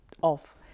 off